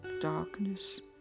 darkness